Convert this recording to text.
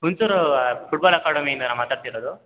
Hunsur football ಅಕಾಡೆಮಿಯಿಂದನ ಮಾತಾಡ್ತಿರೋದು